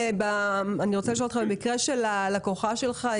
במקרה של הלקוחה שלך,